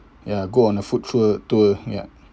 ya go on a food tour tour ya